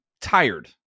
tired